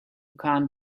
can’t